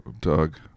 Doug